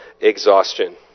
exhaustion